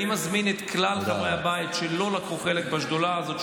אני בוודאי מזמין את כלל חברי הבית שלא לקחו חלק בשדולה הזאת,